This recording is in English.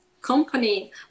company